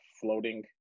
floating